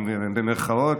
במירכאות,